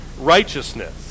righteousness